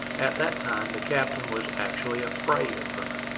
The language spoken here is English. at that time the captain was actually afraid of her.